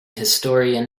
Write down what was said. historian